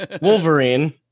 Wolverine